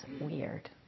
weird